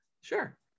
sure